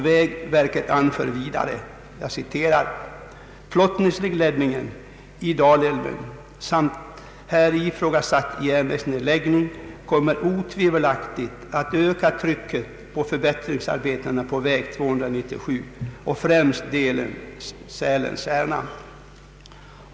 Vägverket anför vidare: ”Flottningsnedläggningen i Dalälven samt här ifrågasatt järnvägsnedläggning kommer otvivelaktigt att öka trycket på förbättringsarbetena på väg 297 och främst delen Sälen—Särna.